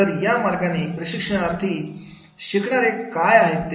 तर या मार्गाने प्रशिक्षणार्थी शिकणारे काय आहे ते